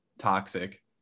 toxic